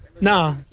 Nah